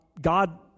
God